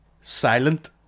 silent